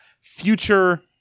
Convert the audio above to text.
future